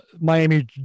Miami